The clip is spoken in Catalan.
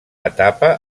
etapa